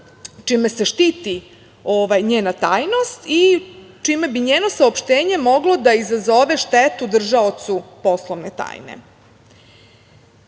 čime se štiti njena tajnost i čime bi njeno saopštenje moglo da izazove štetu držaocu poslovne tajne.